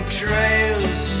trails